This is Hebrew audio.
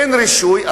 אין רישוי,